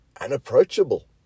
unapproachable